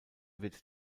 wird